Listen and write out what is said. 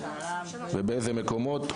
אילו סמכויות הופעלו ובאילו מקומות.